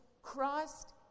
Christ